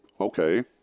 okay